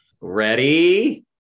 Ready